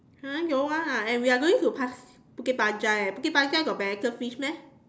!huh! don't want lah and we are going to pas~ Bukit-Panjang eh Bukit-Panjang got Manhattan fish meh